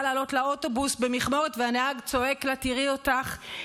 לעלות לאוטובוס במכמורת והנהג צועק לה: תראי אותך,